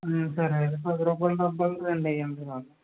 సరే పది రూపాయిల డబ్బాలు రెండు వెయ్యండి